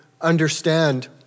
understand